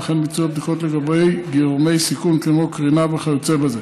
וכן ביצוע בדיקות לגבי גורמי סיכון כמו קרינה וכיוצא בזה.